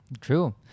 True